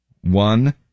One